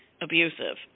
abusive